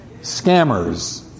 scammers